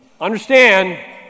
understand